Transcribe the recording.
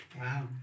Wow